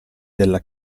della